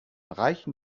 reichen